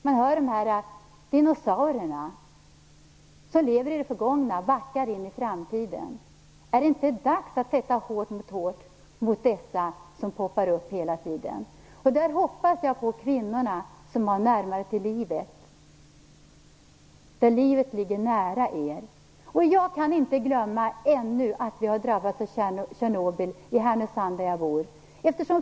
Man hör de här dinosaurierna som lever i det förgångna och backar in i framtiden. Är det inte dags att sätta hårt mot hårt mot detta som poppar upp hela tiden? Där hoppas jag på kvinnorna, som har närmare till livet. Livet ligger nära kvinnor. Jag kan inte glömma ännu att vi har drabbats av Tjernobyl i Härnösand, där jag bor.